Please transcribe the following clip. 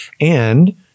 And-